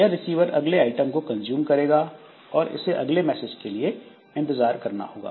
यह रिसीवर अगले आइटम को कंज्यूम करेगा और इसे अगले मैसेज के लिए इंतजार करना होगा